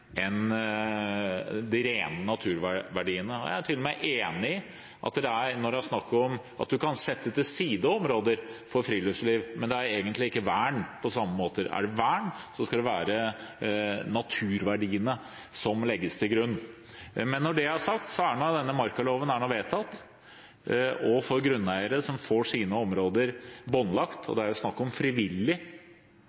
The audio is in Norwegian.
kan sette til side områder for friluftsliv, men det er egentlig ikke vern på samme måte. Er det vern, skal det være naturverdiene som legges til grunn. Men når det er sagt, er nå denne markaloven vedtatt, og for grunneiere som får sine områder båndlagt – og